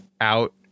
out